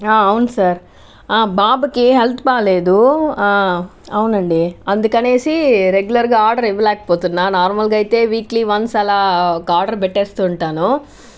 అవును సార్ బాబుకి హెల్త్ బాగాలేదు అవునండి అందుకనేసి రెగ్యులర్గా ఆర్డర్ ఇవ్వలేకపోతున్న నార్మల్గా అయితే వీక్లీ వన్స్ అలా ఒక ఆర్డర్ పెట్టేస్తూ ఉంటాను